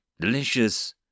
delicious